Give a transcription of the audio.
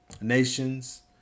nations